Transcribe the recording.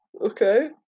Okay